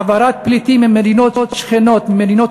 העברת פליטים ממדינות שכנות למדינות